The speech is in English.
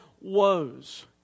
woes